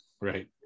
Right